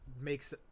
makes